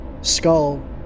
skull